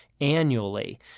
annually